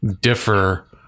differ